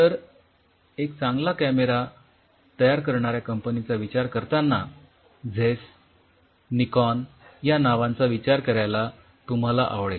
तर चांगला कॅमेरा तयार करणाऱ्या कंपन्यांचा विचार करतांना झेस निकॉन या नावांचा विचार करायला तुम्हाला आवडेल